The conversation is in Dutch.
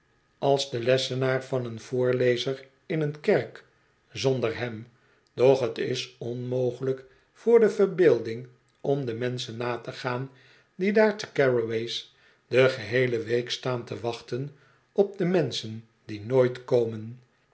als de lessenaar van een voorlezer in een kerk zonder hem doch t is onmogelijk voor de verbeelding om de menschen na te gaan die daar te garraway's de geheele week staan te wachten op de menschen die nooit komen